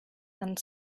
and